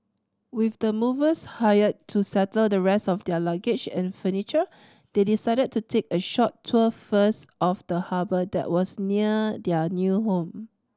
with the movers hired to settle the rest of their luggage and furniture they decided to take a short tour first of the harbour that was near their new home